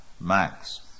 Max